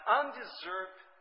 undeserved